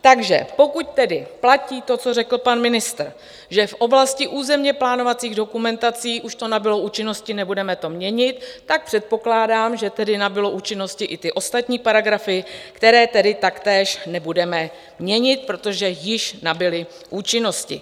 Takže pokud tedy platí to, co řekl pan ministr, že v oblasti územněplánovacích dokumentací už to nabylo účinnosti, nebudeme to měnit, tak předpokládám, že tedy nabyly účinnosti i ty ostatní paragrafy, které tedy taktéž nebudeme měnit, protože již nabyly účinnosti.